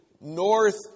north